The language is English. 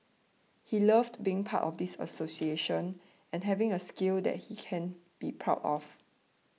he loved being part of this association and having a skill that he can be proud of